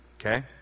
Okay